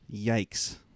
Yikes